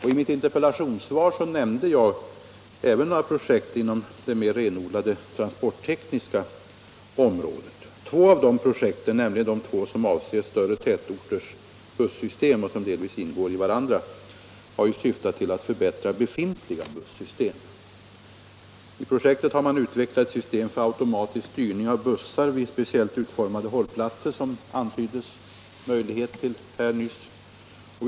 I mitt interpellationssvar nämnde jag även några projekt inom det mer renodlade transporttekniska området. Två av de projekten, nämligen de som avser större tätorters bussystem och som delvis griper in i varandra, har syftat till att förbättra befintliga bussystem. Man har bl.a. utvecklat system för automatisk styrning av bussar vid speciellt utformade hållplatser, en möjlighet som antyddes här i debatten alldeles nyss.